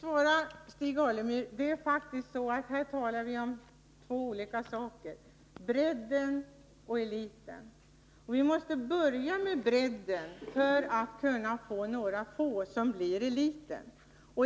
Herr talman! Jag vill svara Stig Alemyr att här talar vi faktiskt om två olika saker, bredden och eliten. Vi måste börja med bredden för att kunna få fram ett litet fåtal som blir eliten.